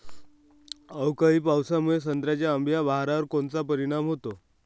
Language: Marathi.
अवकाळी पावसामुळे संत्र्याच्या अंबीया बहारावर कोनचा परिणाम होतो?